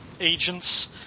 agents